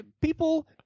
people